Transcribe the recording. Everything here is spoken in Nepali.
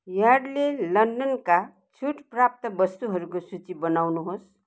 यार्डले लन्डनका छुट प्राप्त वस्तुहरूको सूची बनाउनुहोस्